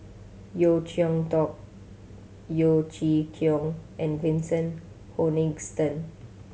Yeo Cheow Tong Yeo Chee Kiong and Vincent Hoisington